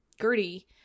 Gertie